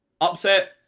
upset